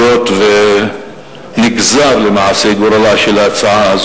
היות שנגזר למעשה גורלה של ההצעה,